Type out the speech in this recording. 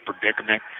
predicament